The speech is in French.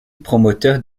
promoteur